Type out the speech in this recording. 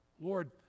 lord